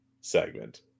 segment